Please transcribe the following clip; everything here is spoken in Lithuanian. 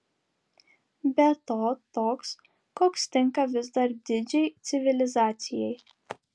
be to toks koks tinka vis dar didžiai civilizacijai